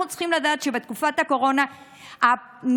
אנחנו צריכים לדעת שבתקופת הקורונה נפרץ